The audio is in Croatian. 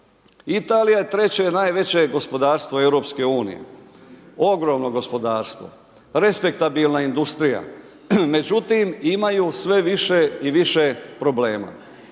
Italija je treće najveće gospodarstvo EU, ogromno gospodarstvo, respektabilna industrija. Međutim, imaju sve više i više problema.